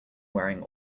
wearing